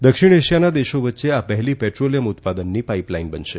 દક્ષિણ એશિયાના દેશો વચ્ચે આ પહેલી પેટ્રોલિયમ ઉત્પાદનની પાઇપલાઇન બનશે